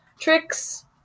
tricks